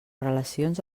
relacions